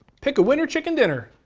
pick a winner, chicken dinner.